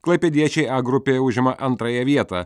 klaipėdiečiai a grupėje užima antrąją vietą